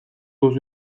duzu